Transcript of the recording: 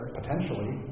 potentially